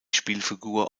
spielfigur